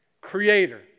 creator